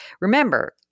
Remember